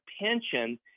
pension